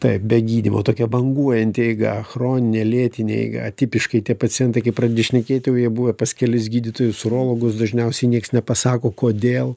taip be gydymo tokia banguojanti eiga chroninė lėtinė eiga atipiškai tie pacientai kai pradedi šnekėt jau jie buvę pas kelis gydytojus urologus dažniausiai niekas nepasako kodėl